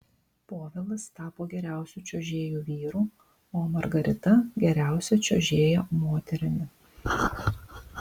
povilas tapo geriausiu čiuožėju vyru o margarita geriausia čiuožėja moterimi